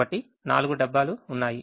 కాబట్టి 4 డబ్బాలు ఉన్నాయి